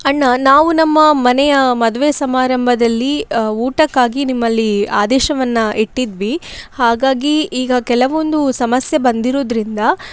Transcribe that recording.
ಅಣ್ಣ ನಾವು ನಮ್ಮ ಮನೆಯ ಮದುವೆ ಸಮಾರಂಭದಲ್ಲಿ ಊಟಕ್ಕಾಗಿ ನಿಮ್ಮಲ್ಲಿ ಆದೇಶವನ್ನು ಇಟ್ಟಿದ್ವಿ ಹಾಗಾಗಿ ಈಗ ಕೆಲವೊಂದು ಸಮಸ್ಯೆ ಬಂದಿರೋದ್ರಿಂದ